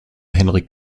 henrik